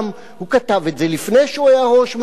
והוא כתב את זה לפני שהיה ראש ממשלה,